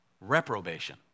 Reprobation